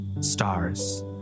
stars